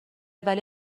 ولی